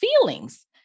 feelings